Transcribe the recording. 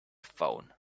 phone